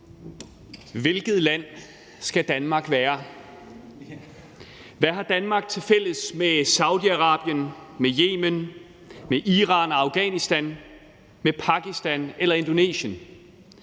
Hvilket land skal Danmark være? Hvad har Danmark tilfælles med Saudi-Arabien, Yemen, Iran, Afghanistan, Pakistan eller Indonesien?